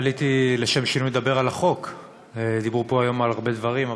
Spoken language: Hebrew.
היום על הרבה דברים,